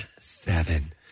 Seven